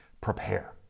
prepare